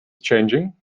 changing